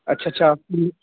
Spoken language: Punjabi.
ਅੱਛਾ ਅੱਛਾ